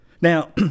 Now